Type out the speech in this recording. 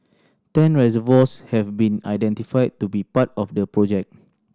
ten reservoirs have been identified to be part of the project